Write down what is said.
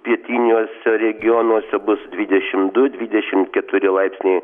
pietiniuose regionuose bus dvidešimt du dvidešimt keturi laipsniai